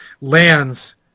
lands